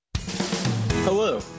Hello